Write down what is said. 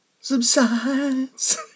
subsides